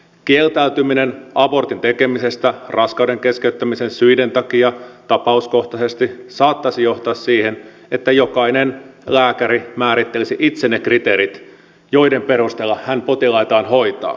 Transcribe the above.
kieltäytyminen abortin tekemisestä raskauden keskeyttämisen syiden takia tapauskohtaisesti saattaisi johtaa siihen että jokainen lääkäri määrittelisi itse ne kriteerit joiden perusteella hän potilaitaan hoitaa